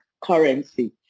currency